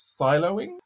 siloing